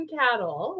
cattle